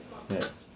ya